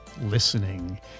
listening